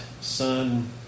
son